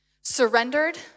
Surrendered